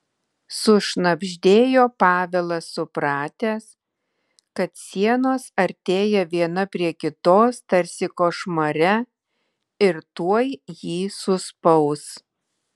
sušnabždėjo pavelas supratęs kad sienos artėja viena prie kitos tarsi košmare ir tuoj jį suspaus